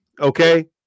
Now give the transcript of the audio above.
okay